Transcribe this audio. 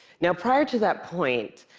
now, prior to that point,